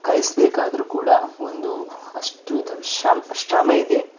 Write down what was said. ಕಲಿಸಬೇಕಾದ್ರೂ ಕೂಡ ಒಂದು ಅಷ್ಟು ಇದು ಶ್ರಮ ಶ್ರಮ ಇದೆ